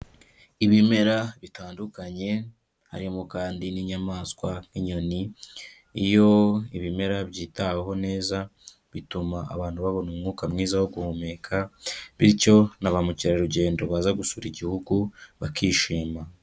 Ibimera bitandukanye, harimo kandi n'inyamaswa nk'nyoni, iyo ibimera byitaweho neza, bituma abantu babona umwuka mwiza wo guhumeka bityo na bamukerarugendo baza gusura igihugu, bakishima.